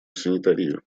санитарию